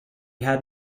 had